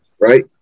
Right